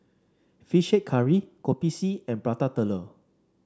fish head curry Kopi C and Prata Telur